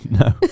No